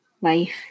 life